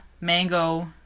mango